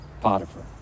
Potiphar